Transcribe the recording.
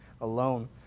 alone